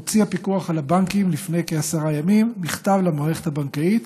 הוציא הפיקוח על הבנקים לפני כעשרה ימים מכתב למערכת הבנקאית,